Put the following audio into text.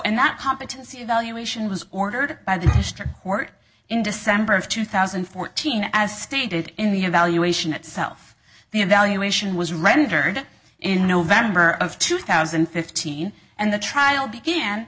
and that competency evaluation was ordered by the district court in december of two thousand and fourteen as stated in the evaluation itself the evaluation was rendered in november of two thousand and fifteen and the trial began